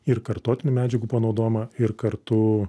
ir kartotinį medžiagų panaudojimą ir kartu